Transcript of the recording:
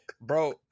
bro